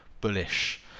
bullish